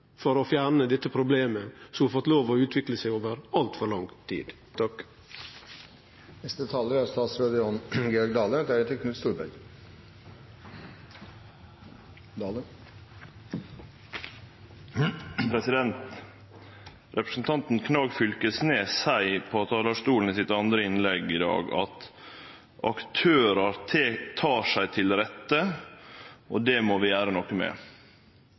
for å fjerne dette problemet som har fått lov å utvikle seg over altfor lang tid. Representanten Knag Fylkesnes seier frå talarstolen i sitt andre innlegg i dag at «aktørar tar seg til rette, og det må ein gjere noko med».